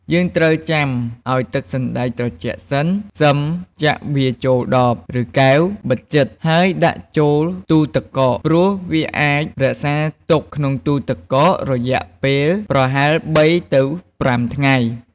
យើងត្រូវចាំឱ្យទឹកសណ្តែកត្រជាក់សិន សិមចាក់វាចូលដប ឬកែវបិទជិត ហើយដាក់ចូលទូរទឹកកក ព្រោះវាអាចរក្សាទុកក្នុងទូទឹកកករយៈពេលប្រហែល ៣ ទៅ ៥ ថ្ងៃ។